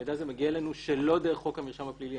המידע הזה מגיע אלינו לא דרך חוק המרשם הפלילי,